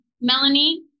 Melanie